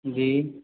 जी